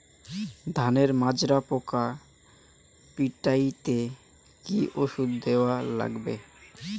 ধানের মাজরা পোকা পিটাইতে কি ওষুধ দেওয়া লাগবে?